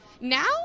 Now